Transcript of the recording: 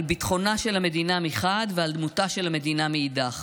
על ביטחונה של המדינה מחד ועל דמותה של המדינה מאידך?